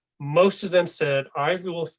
most of them said i will.